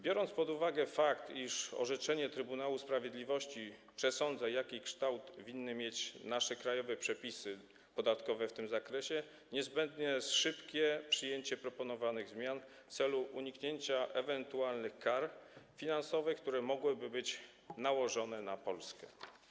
Biorąc pod uwagę fakt, iż orzeczenie Trybunału Sprawiedliwości przesądza, jaki kształt winny mieć nasze krajowe przepisy podatkowe w tym zakresie, niezbędne jest szybkie przyjęcie proponowanych zmian w celu uniknięcia ewentualnych kar finansowych, które mogłyby być nałożone na Polskę.